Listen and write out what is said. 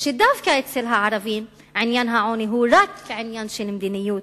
אצל הערבים עניין העוני הוא רק עניין של מדיניות.